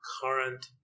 current